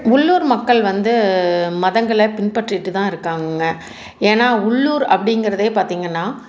உள்ளூர் மக்கள் வந்து மதங்களை பின்பற்றிகிட்டு தான் இருக்காங்கங்க ஏன்னா உள்ளூர் அப்படிங்கிறதே பார்த்திங்கனா